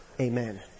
amen